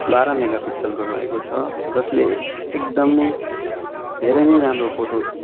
बाह्र मेघा पिकस्लको रहेको छ जसले एकदम नै धेरै नै राम्रो फोटो